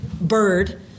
bird